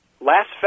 last